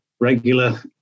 regular